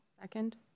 Second